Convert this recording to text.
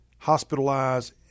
hospitalized